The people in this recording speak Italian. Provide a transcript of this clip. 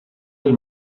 del